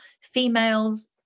females